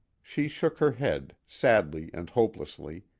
she shook her head, sadly and hopelessly,